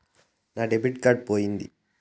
నా debit card పోయింది